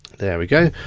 there we go.